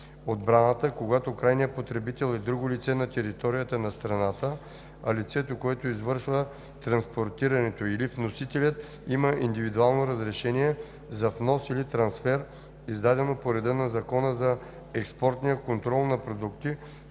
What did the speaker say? отбраната, когато крайният потребител е друго лице на територията на страната, а лицето, което извършва транспортирането или вносителят има индивидуално разрешение за внос или трансфер, издадено по реда на Закона за експортния контрол на продукти,